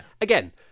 again